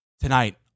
tonight